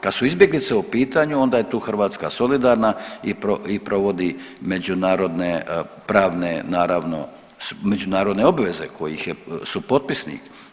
Kad su izbjeglice u pitanju onda je tu Hrvatska solidarne i provodi međunarodne pravne naravno međunarodne obveze kojih je supotpisnik.